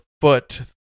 foot